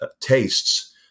tastes